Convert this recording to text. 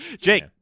Jake